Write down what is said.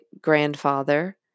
grandfather